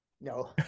No